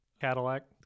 Cadillac